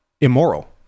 immoral